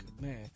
man